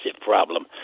problem